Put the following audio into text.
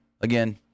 Again